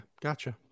gotcha